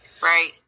right